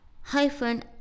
hyphen